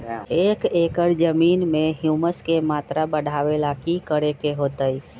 एक एकड़ जमीन में ह्यूमस के मात्रा बढ़ावे ला की करे के होतई?